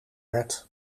werd